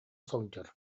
сылдьар